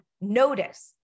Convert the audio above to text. notice